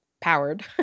powered